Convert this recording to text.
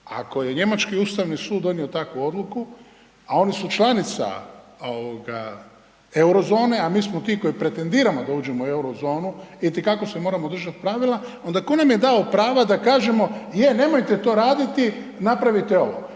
Ako je njemački Ustavni sud donio takvu odluku, a oni su članica Eurozone, a mi smo ti koji pretendiramo da uđemo u Eurozonu, itekako se moramo držati pravila, onda tko nam je dao prava da kažemo, je nemojte to raditi, napravite ovo.